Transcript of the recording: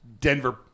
Denver